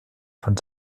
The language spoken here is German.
von